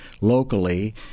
locally